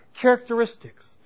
characteristics